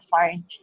phone